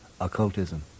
occultism